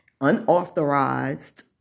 unauthorized